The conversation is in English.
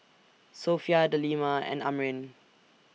Sofea Delima and Amrin